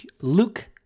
Luke